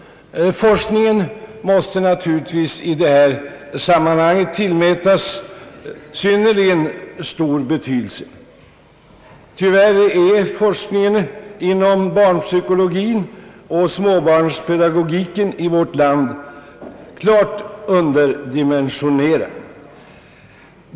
Forskningen måste naturligtvis i det här sammanhanget tillmätas synnerligen stor betydelse. Tyvärr är forskningen inom barnpsykologin och småbarnspedagogiken i vårt land klart underdimensionerad.